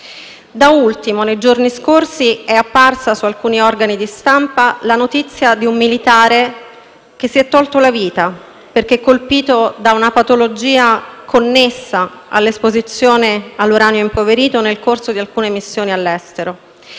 da ultimo, nei giorni scorsi è apparsa, su alcuni organi di stampa, la notizia di un militare che si è tolto la vita, perché colpito da una patologia connessa all'esposizione all'uranio impoverito nel corso di alcune missioni all'estero,